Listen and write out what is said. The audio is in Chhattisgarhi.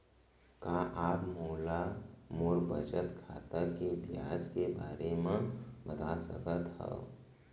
का आप मोला मोर बचत खाता के ब्याज के बारे म बता सकता हव?